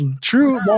true